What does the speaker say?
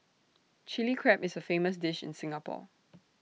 Chilli Crab is A famous dish in Singapore